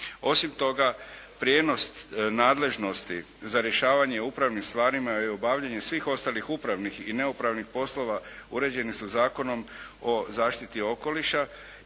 Osim toga, prijenos nadležnosti za rješavanje u upravnim stvarima i obavljanje svih ostalih upravnih i neupravnih poslova uređeni su Zakonom o zaštiti okoliša